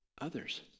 others